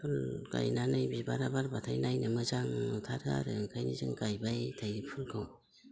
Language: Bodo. फुल गायनानै बिबारा बारब्लाथाय नायनो मोजां नुथारो आरो ओंखायनो जों गायबाय थायो फुलखौ